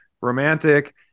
romantic